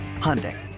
Hyundai